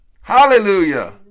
Hallelujah